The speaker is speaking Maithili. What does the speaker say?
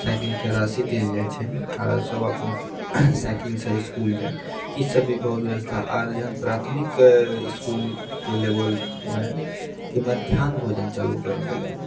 साईकिलके राशि देल जाइत छै आ सब अपन साईकिलसँ इसकुल जाए छै ई सब भी बहुत व्यवस्था आर जहन प्राथमिक इसकुलके लेबलमे मध्याह्न भोजन चालू करल गेलैए